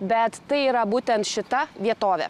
bet tai yra būtent šita vietovė